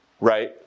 Right